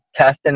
testing